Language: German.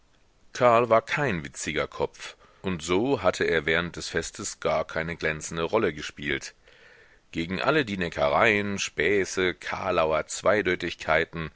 karl war kein witziger kopf und so hatte er während des festes gar keine glänzende rolle gespielt gegen alle die neckereien späße kalauer zweideutigkeiten